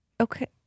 Okay